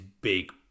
big